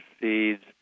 seeds